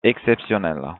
exceptionnel